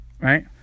Right